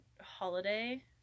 holiday